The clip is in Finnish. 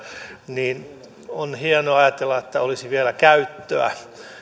niin että on hienoa ajatella että olisi vielä käyttöä